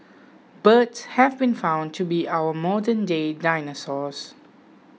birds have been found to be our modernday dinosaurs